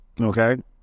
Okay